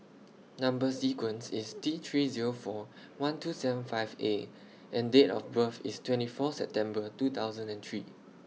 Number sequence IS T three Zero four one two seven five A and Date of birth IS twenty Fourth September two thousand and three